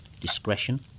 Discretion